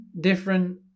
different